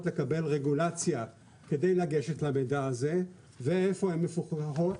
לקבל רגולציה כדי לגשת למידע הזה ואיפה הן מפוקחות?